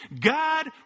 God